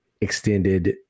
extended